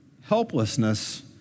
helplessness